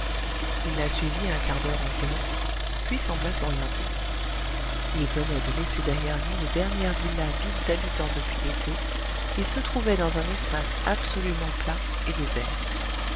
il la suivit un quart d'heure environ puis sembla s'orienter il venait de laisser derrière lui les dernières villas vides d'habitants depuis l'été et se trouvait dans un espace absolument plat et désert